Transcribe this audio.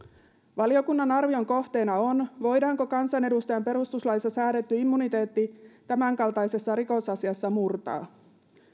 valiokunnan arvion kohteena on voidaanko kansanedustajan perustuslaissa säädetty immuniteetti tämänkaltaisessa rikosasiassa murtaa